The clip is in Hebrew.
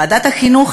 ועדת החינוך,